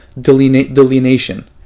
delineation